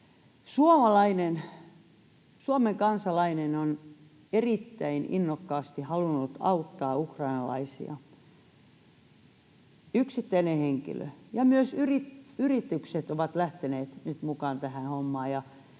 Suomen kansalaiset ovat erittäin innokkaasti halunneet auttaa ukrainalaisia, yksittäiset henkilöt, ja myös yritykset ovat lähteneet nyt mukaan tähän hommaan.